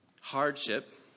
hardship